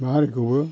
बर' हारिखौबो